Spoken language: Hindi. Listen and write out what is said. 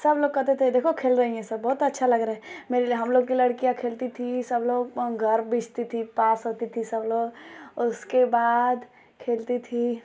सबलोग कहते थे देखो खेल रही हैं सब बहुत अच्छा लग रहे मेरे लिए हमलोग की लड़कियाँ खेलती थीं सबलोग घर थी पास होती थी सबलोग उसके बाद खेलती थी